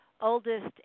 oldest